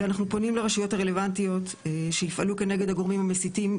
ואנחנו פונים לרשויות הרלוונטיות שיפעלו כנגד הגורמים המסיתים,